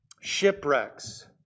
Shipwrecks